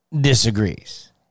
disagrees